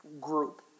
group